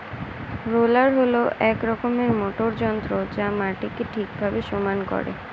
roller হল এক রকমের মোটর যন্ত্র যা মাটিকে ঠিকভাবে সমান করে